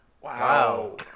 Wow